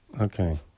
Okay